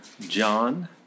John